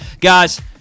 Guys